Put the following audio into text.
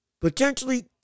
potentially